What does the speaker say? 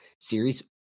series